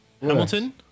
Hamilton